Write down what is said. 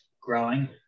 growing